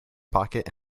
pocket